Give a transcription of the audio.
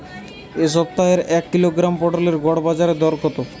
এ সপ্তাহের এক কিলোগ্রাম পটলের গড় বাজারে দর কত?